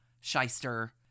shyster